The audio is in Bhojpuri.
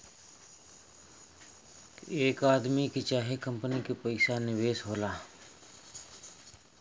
एक आदमी के चाहे कंपनी के पइसा निवेश होला